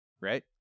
right